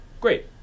great